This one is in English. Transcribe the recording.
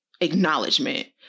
acknowledgement